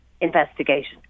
investigation